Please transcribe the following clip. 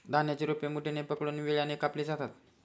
धान्याची रोपे मुठीने पकडून विळ्याने कापली जातात